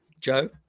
Joe